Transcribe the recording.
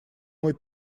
мой